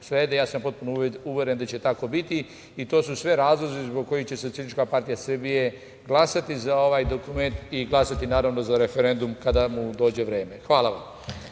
ja sam potpuno uveren da će tako biti i to su sve razlozi zbog čega će SPS glasati za ovaj dokument i glasati, naravno, za referendum kada mu dođe vreme. Hvala vam.